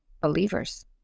believers